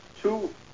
two